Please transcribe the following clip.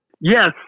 Yes